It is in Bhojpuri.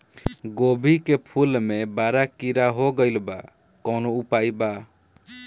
गोभी के फूल मे बड़ा बड़ा कीड़ा हो गइलबा कवन उपाय बा?